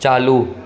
चालू